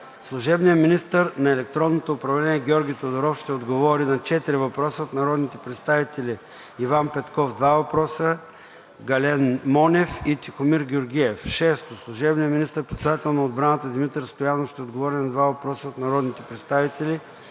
Служебният министър на електронното управление Георги Тодоров ще отговори на четири въпроса от народните представители Иван Петков – два въпроса; Гален Монев; и Тихомир Георгиев. 6. Служебният министър на отбраната Димитър Стоянов ще отговори на два въпроса от народните представители